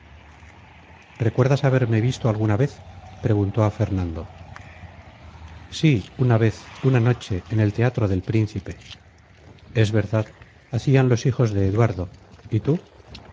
recuerdas haberme visto alguna vez preguntó a fernando sí una vez una noche en el teatro del príncipe es verdad hacían los hijos de eduardo y tú